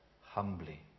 humbly